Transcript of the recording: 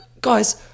guys